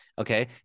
Okay